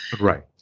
right